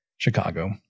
Chicago